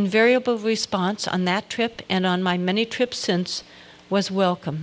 invariable response on that trip and on my many trips since i was welcome